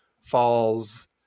falls